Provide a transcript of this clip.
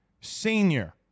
Senior